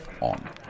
on